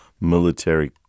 military